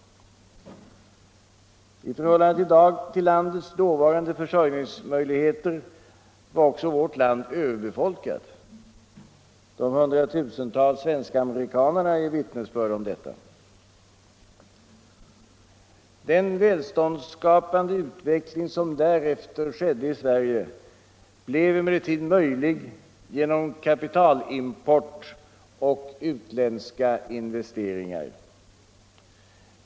I förhållande till landets dåvarande försörjningsmöjligheter var också vårt land överbefolkat. De hundratusentals svenskamerikanarna är vittnesbörd om detta. Den välståndsskapande utveckling som därefter skedde i Sverige blev emellertid möjlig genom kapitalimport och utländska investeringar.